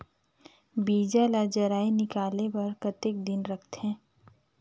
बीजा ला जराई निकाले बार कतेक दिन रखथे?